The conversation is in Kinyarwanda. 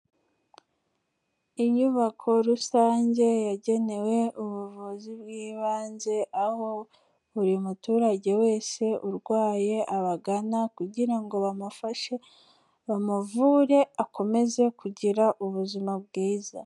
Inyubako rusange yagenewe ubuvuzi bw'ibanze, aho buri muturage wese urwaye abagana kugira ngo bamufashe, bamuvure akomeze kugira ubuzima bwiza.